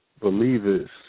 believers